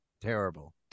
terrible